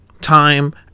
time